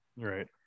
right